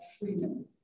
freedom